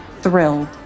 thrilled